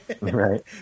Right